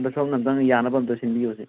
ꯑꯗꯣ ꯁꯣꯝꯅ ꯑꯃꯨꯛꯇꯪ ꯌꯥꯅꯕ ꯑꯝꯇ ꯁꯤꯟꯕꯤꯌꯣ ꯁꯦ